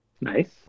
Nice